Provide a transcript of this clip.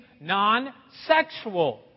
non-sexual